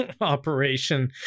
operation